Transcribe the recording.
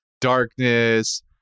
Darkness